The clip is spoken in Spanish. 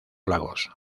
lagos